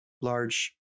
large